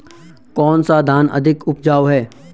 कौन सा धान अधिक उपजाऊ है?